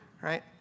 right